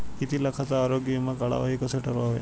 किती लाखाचा आरोग्य विमा काढावा हे कसे ठरवावे?